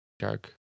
shark